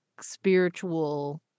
spiritual